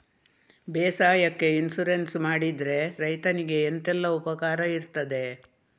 ಬೇಸಾಯಕ್ಕೆ ಇನ್ಸೂರೆನ್ಸ್ ಮಾಡಿದ್ರೆ ರೈತನಿಗೆ ಎಂತೆಲ್ಲ ಉಪಕಾರ ಇರ್ತದೆ?